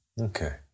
Okay